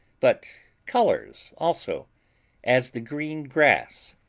but colors also as the green grass.